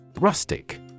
Rustic